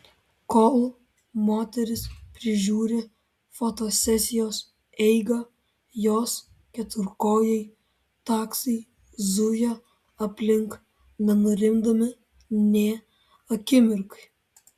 kol moteris prižiūri fotosesijos eigą jos keturkojai taksai zuja aplink nenurimdami nė akimirkai